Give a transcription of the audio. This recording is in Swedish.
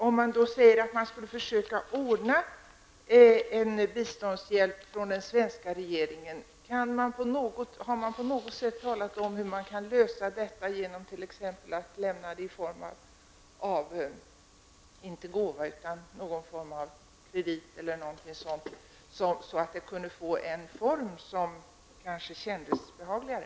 Om det nu har varit tal om att ordna biståndshjälp från den svenska regeringen, har man då diskuterat möjligheten att lämna hjälpen i form av krediter eller liknande i stället för i form av gåva, så att det hela på så sätt kanske skulle bli behagligare?